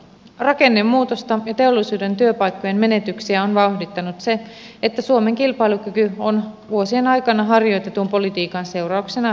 rakennemuutosta ja teollisuuden työpaikkojen menetyksiä on vauhdittanut se että suomen kilpailukyky on vuosien aikana harjoitetun politiikan seurauksena heikentynyt